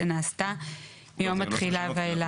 שנעשתה מיום התחילה ואילך".